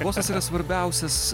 bosas yra svarbiausias